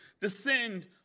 descend